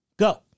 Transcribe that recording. Go